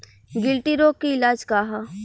गिल्टी रोग के इलाज का ह?